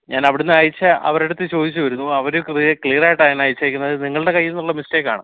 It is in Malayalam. ഞാൻ അവിടെന്ന് അയച്ച അവരെ അടുത്ത് ചോദിച്ചിരുന്നു അവർ ക്ലിയർ ആയിട്ടാണ് അയച്ചേക്കുന്നത് നിങ്ങളുടെ കയ്യിൽനിന്നുള്ള മിസ്റ്റേക്ക് ആണ്